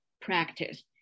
practice